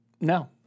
No